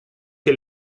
che